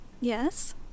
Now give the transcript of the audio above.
Yes